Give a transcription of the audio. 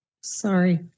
sorry